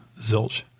zilch